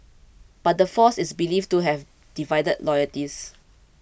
but the force is believed to have divided loyalties